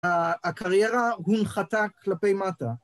הקריירה הונחתה כלפי מטה